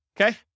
okay